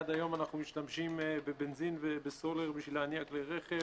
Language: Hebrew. עד היום אנחנו משתמשים בבנזין ובסולר בשביל להניע כלי רכב,